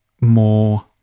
More